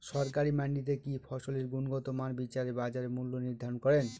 সরকারি মান্ডিতে কি ফসলের গুনগতমান বিচারে বাজার মূল্য নির্ধারণ করেন?